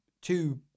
Two